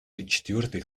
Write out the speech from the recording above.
четвертых